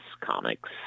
comics